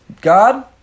God